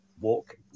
walk